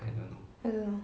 I don't know